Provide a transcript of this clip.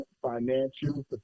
Financial